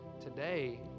today